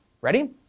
Ready